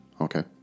Okay